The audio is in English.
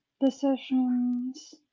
decisions